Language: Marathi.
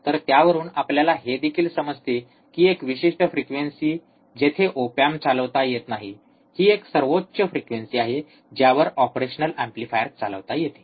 तर त्यावरून आपल्याला हे देखील समजते की एक विशिष्ट फ्रिक्वेंसी जेथे ओप ऐम्प चालवता येत नाही ही एक सर्वोच फ्रिक्वेंसी आहे ज्यावर ऑपरेशनल एम्पलीफायर चालवता येते